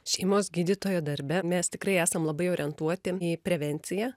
šeimos gydytojo darbe mes tikrai esam labai orientuoti į prevenciją